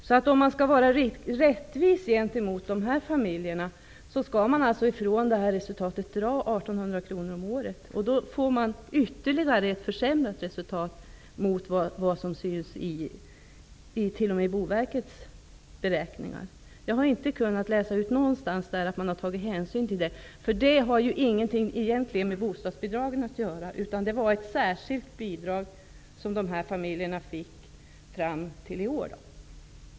Skall man vara riktigt rättvis mot dessa familjer skall man alltså ifrån detta resultat dra 1 800 kr om året. Då blir resultatet ännu sämre än vad som syns, t.o.m. i Boverkets beräkningar. Jag har inte någonstans kunnat se att man har tagit hänsyn till detta. Det har egentligen ingenting med bostadsbidragen att göra, utan var ett särskilt bidrag som dessa familjer fick t.o.m. i år.